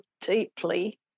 deeply